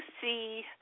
see